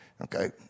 Okay